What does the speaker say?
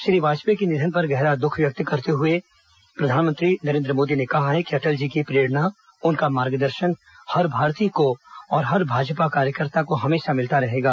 श्री वाजपेयी के निधन पर गहरा दुख व्यक्त करते हुए प्रधानमंत्री नरेन्द्र मोदी ने कहा है कि अटल जी की प्रेरणा उनका मार्गदर्शन हर भारतीय को और हर भाजपा कार्यकर्ता को हमेशा मिलता रहेगा